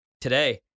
today